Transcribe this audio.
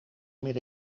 meer